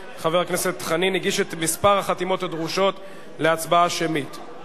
חבר הכנסת חנין הגיש את מספר החתימות הדרושות להצבעה שמית.